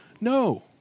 No